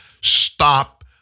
stop